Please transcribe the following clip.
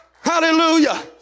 Hallelujah